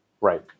right